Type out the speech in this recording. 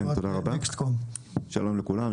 שלום לכולם.